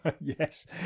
Yes